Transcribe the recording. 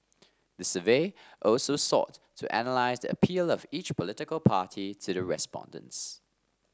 the survey also sought to analyse the appeal of each political party to the respondents